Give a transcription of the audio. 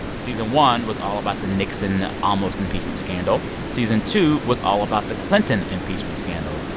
season one was all about the nixon almost impeachment scandal. season two was all about the clinton impeachment scandal.